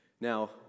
Now